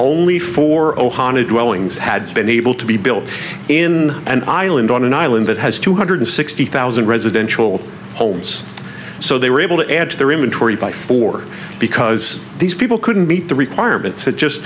only four ohana dwellings had been able to be built in an island on an island that has two hundred sixty thousand residential homes so they were able to add to their inventory by four because these people couldn't meet the requirements that just